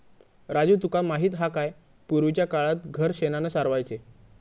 राजू तुका माहित हा काय, पूर्वीच्या काळात घर शेणानं सारवायचे